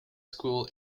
school